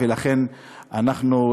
לכן אנחנו,